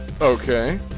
Okay